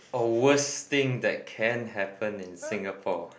or worst thing that can happen in Singapore